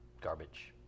garbage